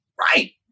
right